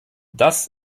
das